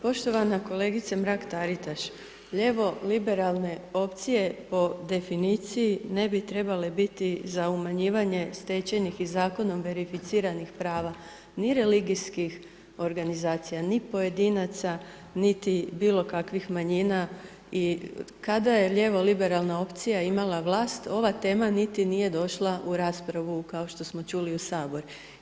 Poštovana kolegice Mrak Taritaš, lijevo liberalne opcije po definiciji ne bi trebale biti za umanjivanje stečenih i zakonom verificiranih prava, ni religijskih organizacija, ni pojedinaca, niti bilo kakvih manjina i kada je lijevo liberalna opcija imala vlast, ova tema niti nije došla u raspravu, kao što smo čuli, u Sabor.